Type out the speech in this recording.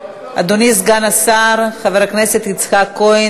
עברה בקריאה ראשונה,